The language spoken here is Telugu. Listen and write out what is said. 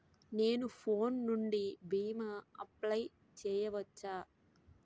నేను ఫోన్ నుండి భీమా అప్లయ్ చేయవచ్చా?